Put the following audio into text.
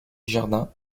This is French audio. jardin